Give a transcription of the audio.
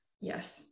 Yes